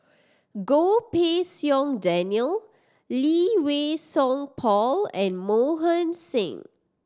Goh Pei Siong Daniel Lee Wei Song Paul and Mohan Singh